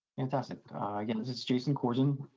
fantastic, ah again, this is jason corzin.